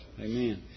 Amen